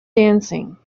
dancing